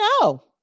no